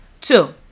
Two